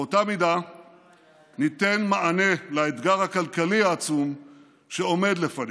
באותה מידה ניתן מענה לאתגר הכלכלי העצום שעומד לפנינו.